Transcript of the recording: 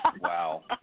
Wow